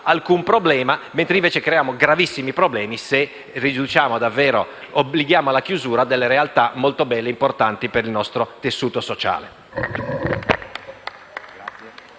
alcun problema, mentre creiamo gravissimi problemi se obblighiamo alla chiusura delle realtà molto belle e importanti per il nostro tessuto sociale.